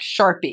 Sharpie